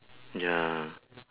ya